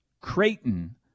Creighton